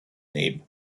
named